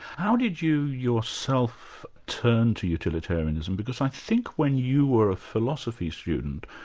how did you yourself turn to utilitarianism, because i think when you were a philosophy student,